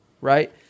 right